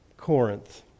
Corinth